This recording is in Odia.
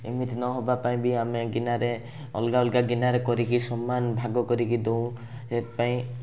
ଏମିତି ନ ହେବା ପାଇଁ ବି ଆମେ ଗିନାରେ ଅଲଗା ଅଲଗା ଗିନାରେ କରିକି ସମାନ ଭାଗ କରିକି ଦେଉ ସେଇଥିପାଇଁ